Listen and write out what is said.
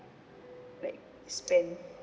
like spend